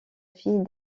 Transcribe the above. fille